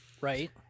Right